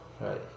Right